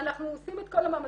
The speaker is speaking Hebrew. ואנחנו עושים את כל המאמצים,